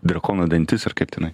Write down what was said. drakono dantis ar kaip tenai